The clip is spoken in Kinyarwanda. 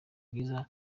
bwiza